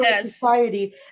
society